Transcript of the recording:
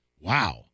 Wow